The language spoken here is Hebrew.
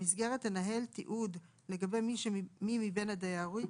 המסגרת תנהל תיעוד לגבי מי שמבין הדיירים